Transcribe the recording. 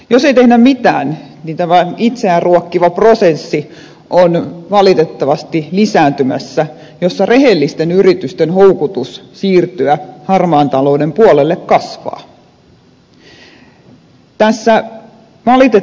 jos ei tehdä mitään tämä itseään ruokkiva prosessi on valitettavasti lisääntymässä ja rehellisten yritysten houkutus siirtyä harmaan talouden puolelle kasvaa